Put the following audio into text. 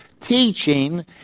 teaching